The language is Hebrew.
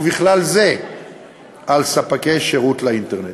ובכלל זה על ספקי שירות לאינטרנט.